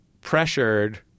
pressured